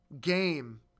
game